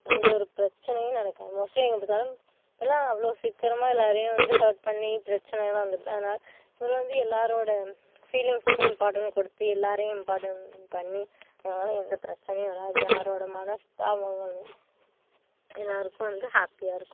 எந்த ஒரு பிரச்சனையும் நடக்காது மோஸ்ட்டாக எங்கே பார்த்தாலும் இப்போல்லாம் அவ்வளோ சீக்கிரமாக எல்லோரையும் வந்து ஹர்ட் பண்ணி பிரச்சனைலாம் வந்துடுது அதனால் எல்லோரோட ஃபீலிங்ஸுக்கும் இம்பார்ட்டன்ட் கொடுத்து எல்லோரையும் இம்பார்ட்டன்ட் பண்ணி அதனால் எந்த பிரச்சனையும் வராது யாரோட மனஸ்தாபங்களும் எல்லோருக்கும் வந்து ஹாப்பியாக இருக்கும்